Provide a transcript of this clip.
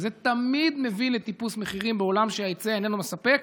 וזה תמיד מביא לטיפוס מחירים בעולם שההיצע איננו מספק,